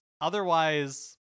otherwise